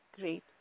Great